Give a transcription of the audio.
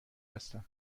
هستم